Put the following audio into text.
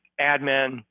admin